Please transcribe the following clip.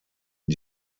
und